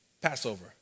Passover